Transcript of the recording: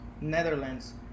Netherlands